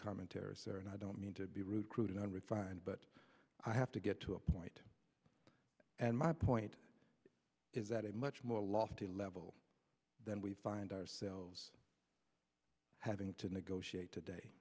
commentary sir and i don't mean to be rude crude unrefined but i have to get to a point and my point is that a much more lofty level than we find ourselves having to negotiate today